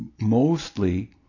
mostly